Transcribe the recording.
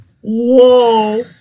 Whoa